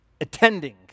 attending